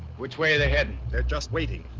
which way are they headed? they're just waiting.